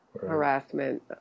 harassment